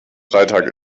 freitag